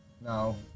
No